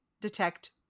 detect